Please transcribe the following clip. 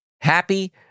happy